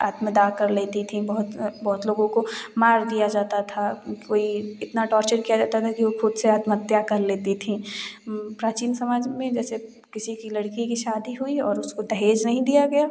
आत्मदाह कर लेती थीं बहुत बहुत लोगों को मार दिया जाता था कोई इतना टॉर्चर किया जाता था कि वह ख़ुद से आत्महत्या कर लेती थीं प्राचीन समाज में जैसे किसी की लड़की की शादी हुई और उसको दहेज नहीं दिया गया